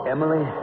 Emily